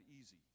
easy